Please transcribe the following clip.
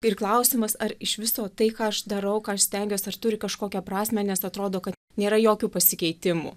ir klausimas ar iš viso tai ką aš darau ką aš stengiuos ar turi kažkokią prasmę nes atrodo kad nėra jokių pasikeitimų